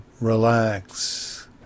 relax